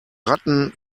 ratten